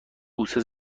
بوسه